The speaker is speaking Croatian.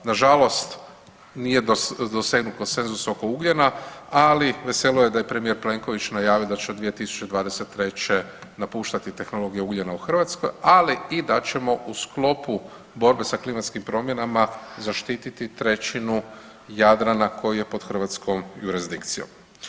Nažalost, nije dosegnut konsenzus oko ugljena, ali … da je premijer Plenković najavio da će od 2023. napuštati tehnologije ugljena u Hrvatskoj, ali i da ćemo u sklopu borbe sa klimatskim promjenama zaštiti trećinu Jadrana koji je pod hrvatskom jurisdikcijom.